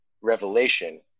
revelation